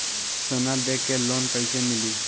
सोना दे के लोन कैसे मिली?